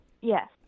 Yes